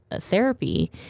therapy